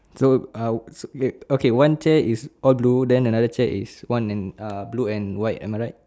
so uh okay one chair is all blue then another chair is one and uh blue and white am I right